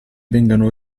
vengano